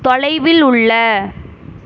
தொலைவில் உள்ள